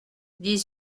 dix